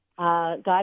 God